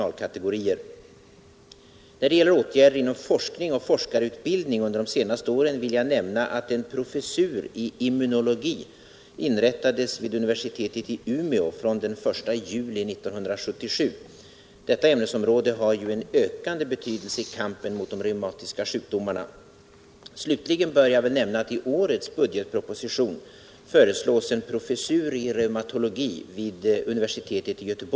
Vad jag ytterligare efterlyser är ökad utbildning för allmänläkarna, som har att ställa den första diagnosen. Det är väldigt viktigt att de i sin grundutbildning får ökad kännedom om och ökad utbildning i reumatologi. Sådan utbildning ges i mycket ringa utsträckning — olika på olika läkarutbildningsplatser. Enligt min uppfattning är det först och främst den och därefter specialistvården som behöver byggas ut. Tack!